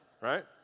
Right